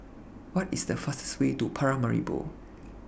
What IS The fastest Way to Paramaribo